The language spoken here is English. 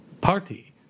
party